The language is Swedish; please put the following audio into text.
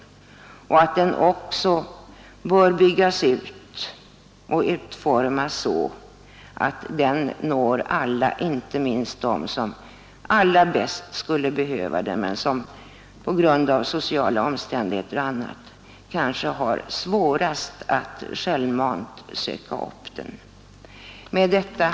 Familjerådgivningen bör då också byggas ut och utformas så att den når alla, inte minst de människor som allra bäst behöver den men som på grund av sociala omständigheter och annat kanske har svårast att självmant söka upp den. Herr talman!